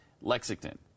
lexington